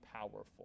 powerful